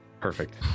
Perfect